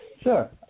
Sure